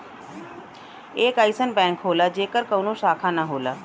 एक अइसन बैंक होला जेकर कउनो शाखा ना होला